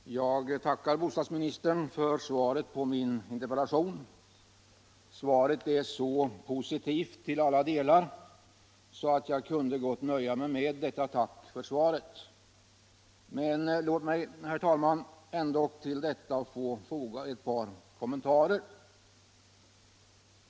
Herr talman! Jag tackar bostadsministern för svaret på min interpellation. Svaret är så positivt till alla delar, att jag gott kunde nöja mig med detta tack för svaret. Men låt mig, herr talman, ändock till detta få foga ett par kommentarer.